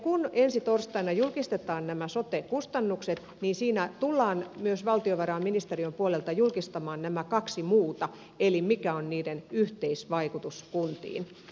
kun ensi torstaina julkistetaan nämä sote kustannukset niin siinä tullaan myös valtiovarainministeriön puolelta julkistamaan nämä kaksi muuta eli katsotaan mikä on niiden yhteisvaikutus kuntiin